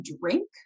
drink